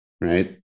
right